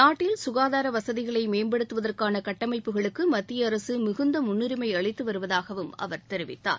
நாட்டில் சுகாதார வசதிகளை மேம்படுத்துவதற்கான கட்டமைப்புக்களுக்கு மத்திய அரசு மிகுந்த முன்னுரிமை அளித்து வருவதாகவும் அவர் தெரிவித்தார்